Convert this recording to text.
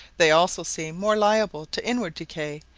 they also seem more liable to inward decay,